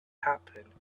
happen